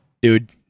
dude